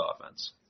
offense